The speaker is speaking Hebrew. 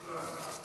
שוכראן.